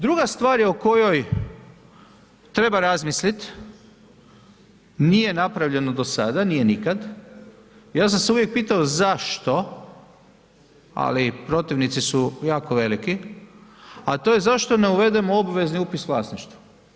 Druga stvar je o kojoj treba razmislit, nije napravljeno do sada, nije nikad, ja sam se uvijek pitao zašto ali protivnici su jako veliki a to je zašto ne uvedemo obvezni upis vlasništva.